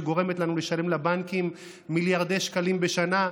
שגורמת לנו לשלם לבנקים מיליארדי שקלים בשנה,